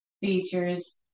features